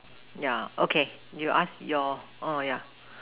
yeah okay you ask your oh yeah